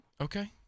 okay